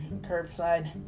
curbside